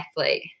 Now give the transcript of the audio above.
athlete